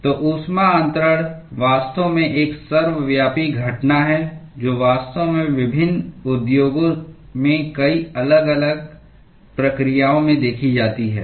तो ऊष्मा अन्तरण वास्तव में एक सर्वव्यापी घटना है जो वास्तव में विभिन्न उद्योगों में कई अलग अलग प्रक्रियाओं में देखी जाती है